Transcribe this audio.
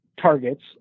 targets